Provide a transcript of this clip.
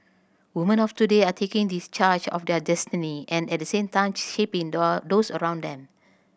women of today are taking discharge of their destiny and at the same shaping those around them